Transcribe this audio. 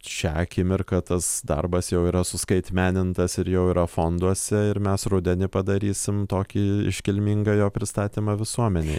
šią akimirką tas darbas jau yra suskaitmenintas ir jau yra fonduose ir mes rudenį padarysim tokį iškilmingą jo pristatymą visuomenei